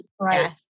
Right